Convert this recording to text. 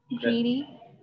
Greedy